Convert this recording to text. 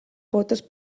potes